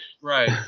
right